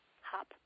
Hop